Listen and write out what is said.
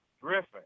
Griffin